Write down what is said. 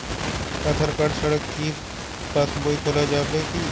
আধার card ছাড়া কি পাসবই খোলা যাবে কি?